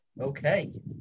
Okay